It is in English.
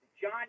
John